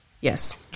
Yes